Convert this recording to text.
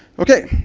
okay.